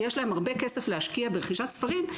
יש להם הרבה כסף להשקיע ברכישת ספרים,